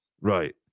right